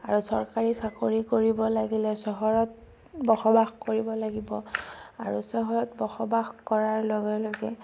আৰু চৰকাৰী চাকৰি কৰিব লাগিলে চহৰত বসবাস কৰিব লাগিব আৰু চহৰত বসবাস কৰাৰ লগে লগে